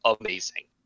amazing